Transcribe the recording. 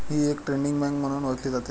ही एक trading bank म्हणून ओळखली जाते